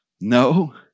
No